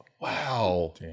Wow